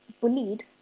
bullied